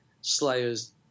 Slayers